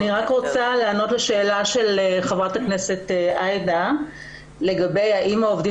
אני מבקשת לענות על השאלה של חברת הכנסת תומא סלימאן לגבי האם העובדים